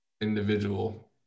individual